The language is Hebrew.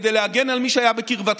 כדי להגן על מי שהיה בקרבתך.